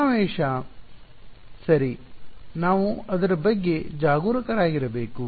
ಸಮಾವೇಶ ಸರಿ ನಾವು ಅದರ ಬಗ್ಗೆ ಜಾಗರೂಕರಾಗಿರಬೇಕು